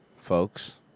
folks